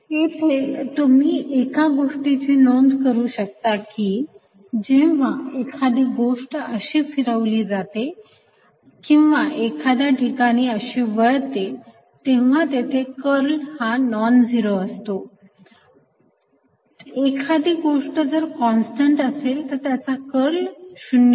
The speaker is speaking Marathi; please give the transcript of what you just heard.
येथे तुम्ही एका गोष्टीची नोंद करू शकता की जेव्हा एखादी गोष्ट अशी फिरवली जाते किंवा एखाद्या ठिकाणी अशी वळते तेव्हा तेथे कर्ल हा नॉन झिरो असतो एखादी गोष्ट जर कॉन्स्टंट असेल तर त्याचा कर्ल 0 असतो